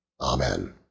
Amen